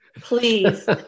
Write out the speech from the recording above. Please